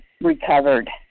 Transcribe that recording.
recovered